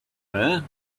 there